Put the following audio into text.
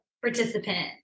participant